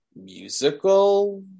musical